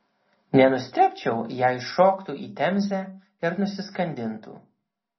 nenustebčiau jeigu šoktų į temzę ir nusiskandintų